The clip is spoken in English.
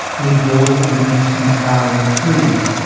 we dawdled beneath some towering trees,